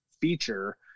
feature